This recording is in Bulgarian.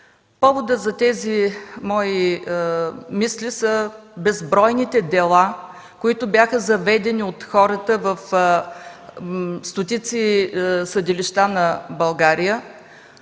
Повод за тези мои мисли са безбройните дела, заведени от хората в стотици съдилища на България